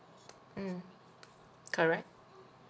mm correct